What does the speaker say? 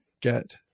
get